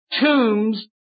tombs